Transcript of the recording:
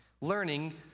learning